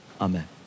Amen